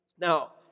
Now